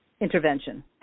intervention